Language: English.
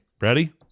Ready